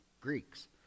Greeks